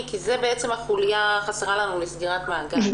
כי זאת בעצם החוליה החסרה לנו לסגירת המעגל.